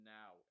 now